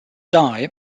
dye